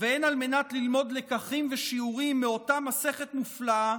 והן על מנת ללמוד לקחים ושיעורים מאותה מסכת מופלאה